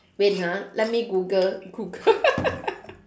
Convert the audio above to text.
wait ha let me Google Googl~